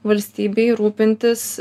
valstybei rūpintis